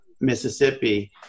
Mississippi